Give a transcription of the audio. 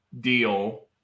deal